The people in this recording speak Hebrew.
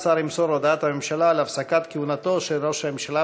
השר ימסור את הודעת הממשלה על הפסקת כהונתו של ראש הממשלה